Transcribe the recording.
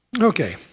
Okay